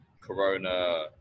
corona